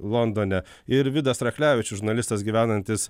londone ir vidas rachlevičius žurnalistas gyvenantis